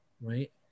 right